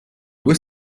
due